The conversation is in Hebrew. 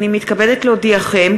הנני מתכבדת להודיעכם,